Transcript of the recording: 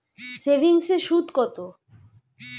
সেভিংসে সুদ কত?